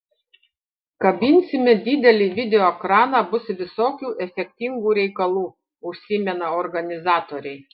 kabinsime didelį video ekraną bus visokių efektingų reikalų užsimena organizatoriai